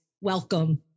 Welcome